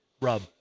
rub